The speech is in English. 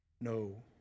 No